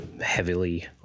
heavily